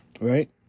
right